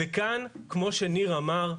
וכמו שניר אמר,